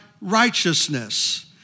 righteousness